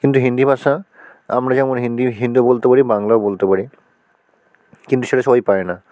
কিন্তু হিন্দি ভাষা আমরা যেমন হিন্দি হিন্দিও বলতে পারি বাংলাও বলতে পারি কিন্তু সেটা সবাই পারে না